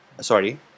sorry